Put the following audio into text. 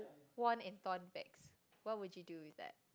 worn and torn bags what would you do with that